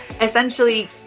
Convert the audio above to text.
Essentially